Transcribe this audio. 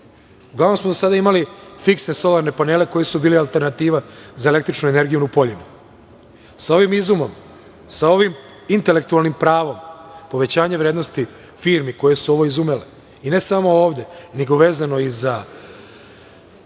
Uglavnom smo do sada imali fiksne solarne panele koji su bili alternativa za električnu energiju u poljima. Sa ovim izumom, sa ovim intelektualnim pravom, povećanje vrednosti firmi koje su ovo izumele i ne samo ovde, nego vezano i za